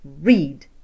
read